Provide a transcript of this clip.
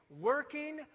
working